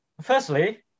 firstly